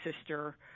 sister